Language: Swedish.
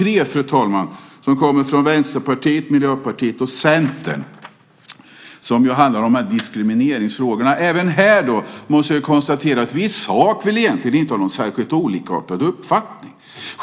Reservation 3 kommer från Vänsterpartiet, Miljöpartiet och Centern och handlar om diskrimineringsfrågorna. Även här måste jag konstatera att vi i sak egentligen inte har särskilt olikartade uppfattningar.